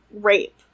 rape